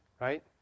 right